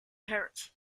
parents